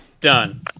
Done